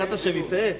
פחדת שנטעה?